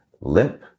limp